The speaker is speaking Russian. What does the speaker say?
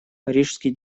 парижский